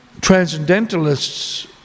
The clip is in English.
transcendentalists